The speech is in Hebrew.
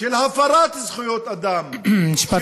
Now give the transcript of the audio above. של הפרת זכויות אדם, משפט סיכום.